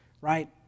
right